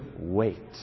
wait